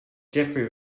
jeffery